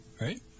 Right